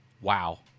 wow